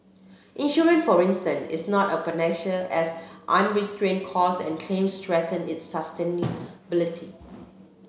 insurance for instance is not a panacea as unrestrained costs and claims threaten its sustainability